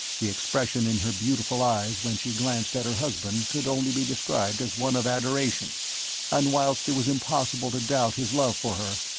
the expression in her beautiful eyes when she glanced at her husband could only be described as one of adoration and whilst it was impossible to doubt his love for her,